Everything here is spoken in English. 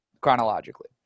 chronologically